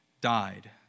died